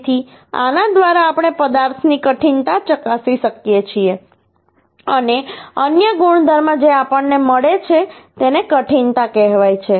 તેથી આના દ્વારા આપણે પદાર્થની કઠિનતા ચકાસી શકીએ છીએ અને અન્ય ગુણધર્મ જે આપણને મળે છે તેને કઠિનતા કહેવાય છે